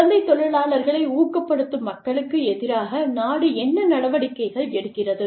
குழந்தைத் தொழிலாளர்களை ஊக்கப்படுத்தும் மக்களுக்கு எதிராக நாடு என்ன நடவடிக்கைகள் எடுக்கிறது